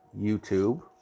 YouTube